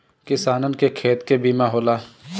किसानन के खेत के बीमा होला